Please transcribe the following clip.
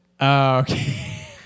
Okay